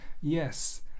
yes